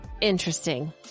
interesting